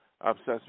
obsessed